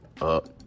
up